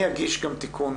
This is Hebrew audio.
אני אגיש גם תיקון,